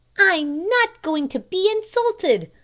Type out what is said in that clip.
i'm not going to be insulted,